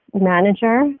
manager